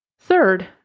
Third